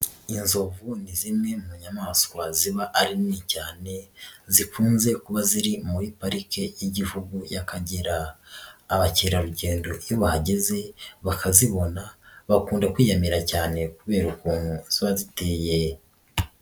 Inzovu ni zimwe mu nyamaswa ziba ari nini cyane, zikunze kuba ziri muri pariki y'igihugu y'Akagera, abakerarugendo iyo bahageze bakazibona, bakunda kwiyamira cyane kubera ukuntu ziba ziteye.